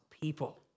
people